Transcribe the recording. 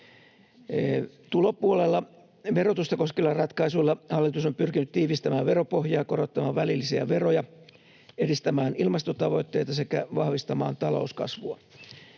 Tulopuolella verotusta koskevilla ratkaisuilla hallitus on pyrkinyt tiivistämään veropohjaa ja korottamaan välillisiä veroja, edistämään ilmastotavoitteita sekä vahvistamaan talouskasvua.